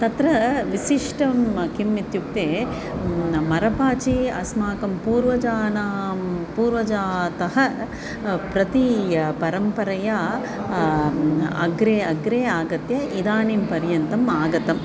तत्र विशिष्टं किम् इत्युक्ते मरपाचिः अस्माकं पूर्वजानां पूर्वजातः प्रति परम्परया अग्रे अग्रे आगत्य इदानीं पर्यन्तम् आगतम्